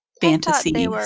fantasy